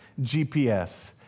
GPS